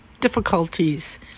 difficulties